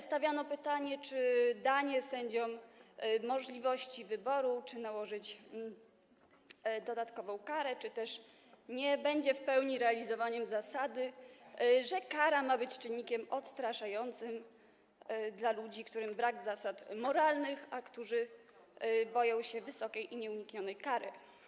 Stawiano pytanie, czy danie sędziom możliwości wyboru co do tego, czy nałożyć dodatkową karę, czy nie, będzie w pełni realizowaniem zasady, że kara ma być czynnikiem odstraszającym dla ludzi, którym brak zasad moralnych, a którzy boją się wysokiej i nieuniknionej kary.